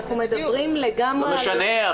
לא משנה,